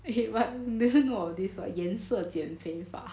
eh but didn't know about this 颜色减肥法